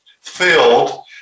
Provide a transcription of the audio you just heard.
filled